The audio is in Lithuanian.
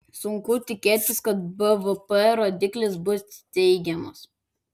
sunku tikėtis kad bvp rodiklis bus teigiamas